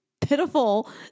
pitiful